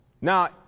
Now